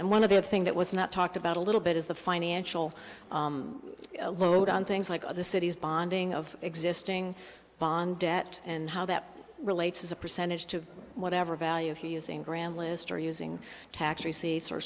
and one of the thing that was not talked about a little bit is the financial load on things like the city's bonding of existing bond debt and how that relates as a percentage to whatever value of using grand list or using tax receipts or